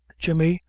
jemmy,